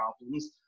problems